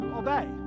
obey